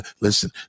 Listen